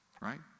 Right